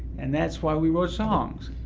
and that's why we wrote songs.